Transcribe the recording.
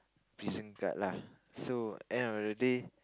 prison guard lah so end of the day